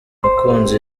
nakunze